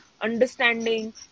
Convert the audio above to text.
understanding